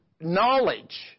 knowledge